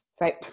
Right